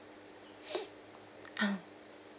ah